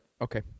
Okay